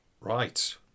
Right